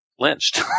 lynched